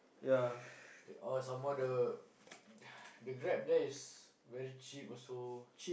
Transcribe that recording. oh some more the the Grab there is very cheap also